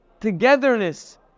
togetherness